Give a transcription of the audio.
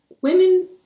women